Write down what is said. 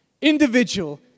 Individual